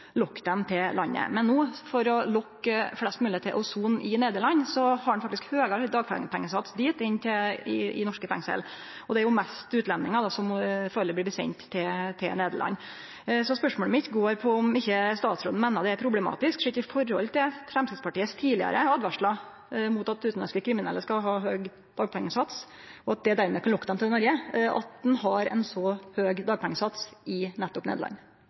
til landet. Men no, for å lokke flest mogleg til å sone i Nederland, har ein faktisk høgare dagpengesats der enn i norske fengsel, og det er førebels mest utlendingar som blir sende til Nederland. Spørsmålet mitt er om ikkje statsråden meiner det er problematisk, sett i forhold til Framstegspartiets tidlegare åtvaringar mot at utanlandske kriminelle skal ha høg dagpengesats, og at ein dermed lokkar dei til Noreg, at ein har ein så høg dagpengesats nettopp i